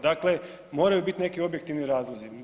Dakle, moraju biti neki objektivni razlozi.